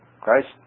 Christ